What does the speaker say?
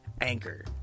anchor